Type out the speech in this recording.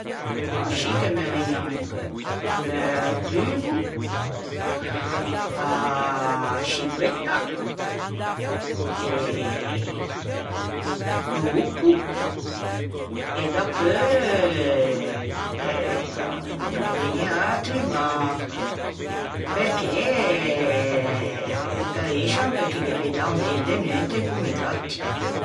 Òh scì che me vëgnan in cheu: gh'é o dugo, a scigoetta e l'ouco e dapeu eh va ben no me ne vëgne atri ma perché gh'arriëscian perché ghe veddan ben de neutte comme i gatti.